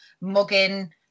mugging